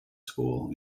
school